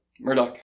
Murdoch